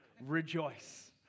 Rejoice